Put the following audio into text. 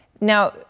Now